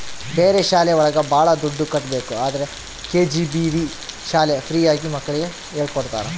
ಬೇರೆ ಶಾಲೆ ಒಳಗ ಭಾಳ ದುಡ್ಡು ಕಟ್ಬೇಕು ಆದ್ರೆ ಕೆ.ಜಿ.ಬಿ.ವಿ ಶಾಲೆ ಫ್ರೀ ಆಗಿ ಮಕ್ಳಿಗೆ ಹೇಳ್ಕೊಡ್ತರ